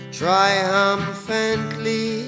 triumphantly